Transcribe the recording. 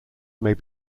may